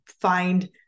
find